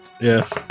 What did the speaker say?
yes